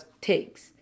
takes